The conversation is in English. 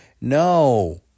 No